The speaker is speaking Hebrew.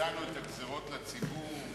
והודענו את הגזירות לציבור,